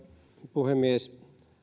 puhemies